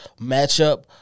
matchup